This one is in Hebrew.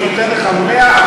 ואני נותן לך 100%